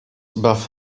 above